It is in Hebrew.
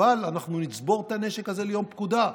אבל אנחנו נצבור את הנשק הזה ליום פקודה.